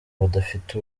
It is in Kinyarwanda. badafite